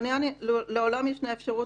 לעולם ישנה אפשרות,